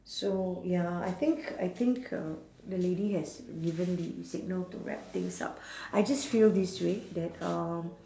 so ya I think I think uh the lady has given the signal to wrap things up I just feel this way that um